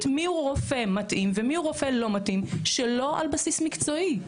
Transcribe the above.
מיהו רופא מתאים ומיהו רופא לא מתאים שלא על בסיס מקצועי.